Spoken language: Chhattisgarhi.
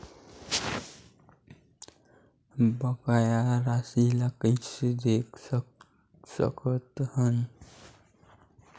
बकाया राशि ला कइसे देख सकत हान?